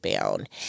Bound